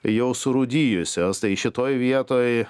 jau surūdijusios tai šitoj vietoj